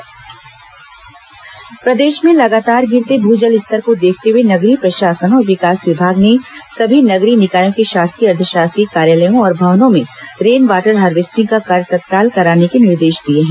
rain water harvesting प्रदेश में लगातार गिरते भू जल स्तर को देखते हुए नगरीय प्रशासन और विकास विभाग ने सभी नगरीय निकायों के शासकीय अर्द्वशासकीय कार्यालयों और भवनों में रेन वॉटर हार्वेस्टिग का कार्य तत्काल कराने के निर्देश दिए हैं